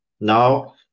Now